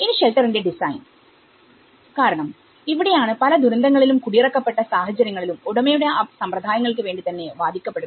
ഇനി ഷെൽട്ടറിന്റെ ഡിസൈൻകാരണം ഇവിടെയാണ് പല ദുരന്തങ്ങളിലും കുടിയിറക്കപ്പെട്ട സാഹചര്യങ്ങളിലും ഉടമയുടെ സമ്പ്രദായങ്ങൾക്ക് വേണ്ടി തന്നെ വാദിക്കപ്പെടുന്നത്